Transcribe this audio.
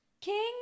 king